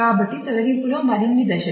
కాబట్టి తొలగింపులో మరిన్ని దశలు